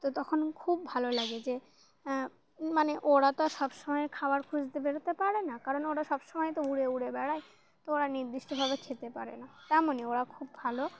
তো তখন খুব ভালো লাগে যে মানে ওরা তো আর সব সময় খাবার খুঁজতে বেরোতে পারে না কারণ ওরা সব সময় তো উড়ে উড়ে বেড়ায় তো ওরা নির্দিষ্টভাবে খেতে পারে না তেমনই ওরা খুব ভালো